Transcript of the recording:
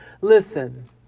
Listen